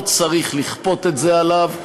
לא צריך לכפות את זה עליו.